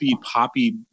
poppy